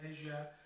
Asia